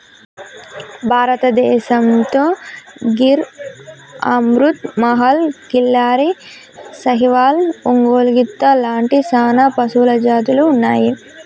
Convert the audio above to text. భారతదేసంతో గిర్ అమృత్ మహల్, కిల్లారి, సాహివాల్, ఒంగోలు గిత్త లాంటి సానా పశుజాతులు ఉన్నాయి